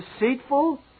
deceitful